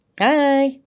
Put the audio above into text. Hi